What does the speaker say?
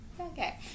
Okay